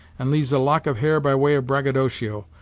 and leaves a lock of hair by way of braggadocio,